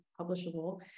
publishable